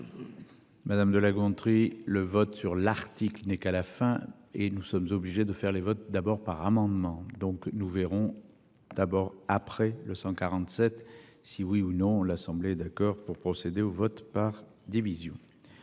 Madame de La Gontrie. Le vote sur l'article n'est qu'à la fin et nous sommes obligés de faire les votes d'abord par amendement. Donc nous verrons. D'abord, après le 147 si oui ou non l'Assemblée d'accord pour procéder au vote par division.